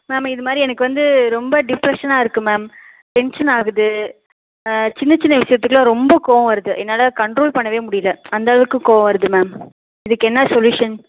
ma'am இதுமாதிரி எனக்கு வந்து ரொம்ப டிப்ரெஸனா இருக்குது மேம் டென்ஷன் ஆகுது சின்னச் சின்ன விஷயத்துக்குலாம் ரொம்ப கோவம் வருது என்னால் கண்ட்ரோல் பண்ணவே முடியலை அந்தளவுக்கு கோவம் வருது மேம் இதுக்கு என்னா சொல்யூஷன் ஸ்